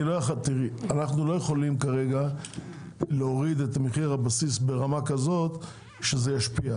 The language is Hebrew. אבל אנחנו לא יכולים כרגע להוריד את מחיר הבסיס ברמה כזאת שזה ישפיע.